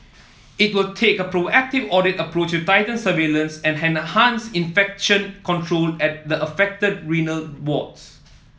it will take a proactive audit approach to tighten surveillance and enhance infection control at the affected renal wards